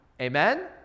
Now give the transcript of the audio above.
Amen